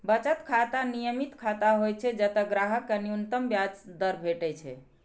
बचत खाता नियमित खाता होइ छै, जतय ग्राहक कें न्यूनतम ब्याज दर भेटै छै